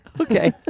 Okay